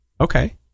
Okay